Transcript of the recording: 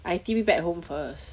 I T_P back home first